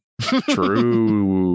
true